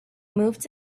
moved